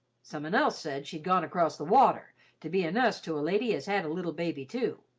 some un else said she'd gone across the water to be nuss to a lady as had a little baby, too.